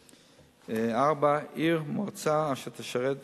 4. עיר/מועצה אשר תשרת